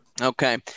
Okay